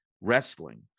wrestling